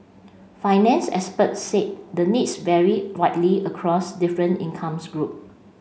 finance experts said the needs vary widely across different incomes groups